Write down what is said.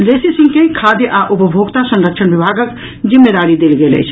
लेसी सिंह के खाद्य आ उपभोक्ता संरक्षण विभागक जिम्मेदारी देल गेल अछि